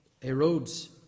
erodes